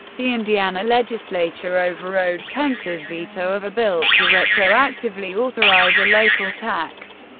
the indiana legislature overrode pence's veto of a bill to retroactively authorize a local tax.